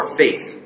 faith